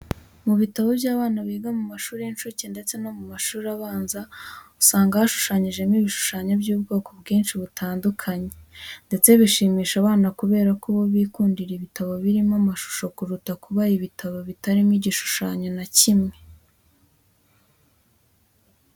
Mu bitabo by'abana biga mu mashuri y'inshuke ndetse no mu mashuri abanza usanga hashushanyijemo ibishushanyo by'ubwoko bwinshi butandukanye ndetse bishimisha abana kubera ko bo bikundira ibitabo birimo amashusho kuruta kubaha ibitabo bitarimo igishushanyo na kimwe.